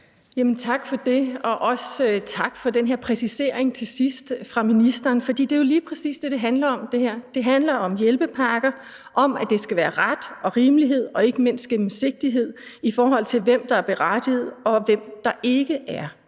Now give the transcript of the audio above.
Tak for det, og også tak for den her præcisering til sidst fra ministeren, for det er jo lige præcis det, det her handler om. Det handler om hjælpepakker og om, at der skal være ret og rimelighed og ikke mindst gennemsigtighed, i forhold til hvem der er berettiget og hvem der ikke er.